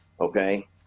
okay